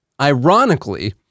ironically